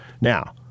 Now